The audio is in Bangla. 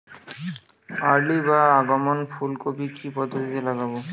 আর্লি বা আগাম ফুল কপি কি পদ্ধতিতে লাগাবো?